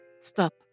Stop